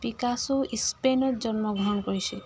পিকাছ' স্পেইনত জন্মগ্ৰহণ কৰিছে